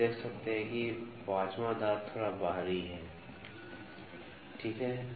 तो हम देख सकते हैं कि 5 वां दांत थोड़ा बाहरी है ठीक है